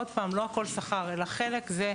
עוד פעם, לא הכל שכר, אלא חלק זה,